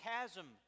chasm